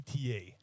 ETA